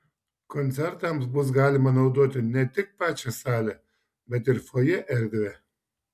koncertams bus galima naudoti ne tik pačią salę bet ir fojė erdvę